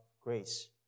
grace